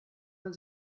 man